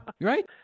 right